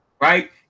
Right